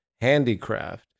handicraft